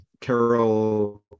Carol